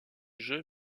jeux